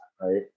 right